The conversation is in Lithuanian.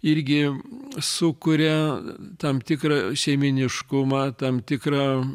irgi sukuria tam tikrą šeimyniškumą tam tikrą